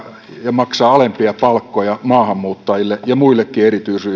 ja maksaa alempia palkkoja maahanmuuttajille ja muillekin erityisryhmille